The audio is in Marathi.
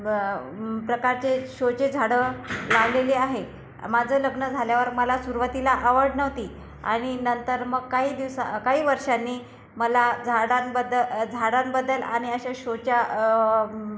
प्र प्रकारचे शोचे झाडं लावलेले आहे माझं लग्न झाल्यावर मला सुरुवातीला आवड नव्हती आणि नंतर मग काही दिवसा काही वर्षांनी मला झाडांबद्द झाडांबद्दल आणि असा शोच्या